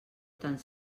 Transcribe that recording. tant